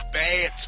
bad